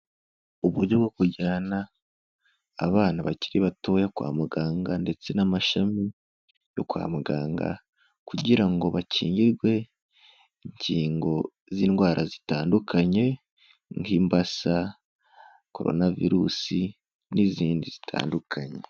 Uburyo bwo kujyana abana bakiri batoya kwa muganga ndetse n'amashami yo kwa muganga, kugira ngo bakingirwe inkingo z'indwara zitandukanye nk'imbasa, korona virusi n'izindi zitandukanye.